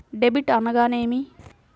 Debit అనగానేమి?